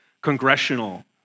congressional